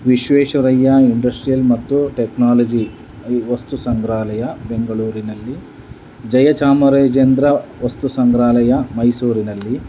Visvesvaraya industrial ಮತ್ತು technology ಈ ವಸ್ತು ಸಂಗ್ರಹಾಲಯ ಬೆಂಗಳೂರಿನಲ್ಲಿ ಜಯ ಚಾಮರಾಜೇಂದ್ರ ವಸ್ತು ಸಂಗ್ರಹಾಲಯ ಮೈಸೂರಿನಲ್ಲಿ